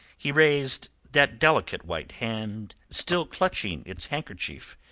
he raised that delicate white hand, still clutching its handkerchief,